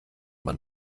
man